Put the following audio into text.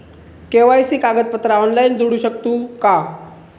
KYC कागदपत्रा online जोडू शकतू का?